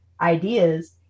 ideas